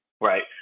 right